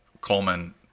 Coleman